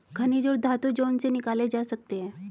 खनिज और धातु जो उनसे निकाले जा सकते हैं